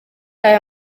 aya